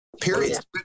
Period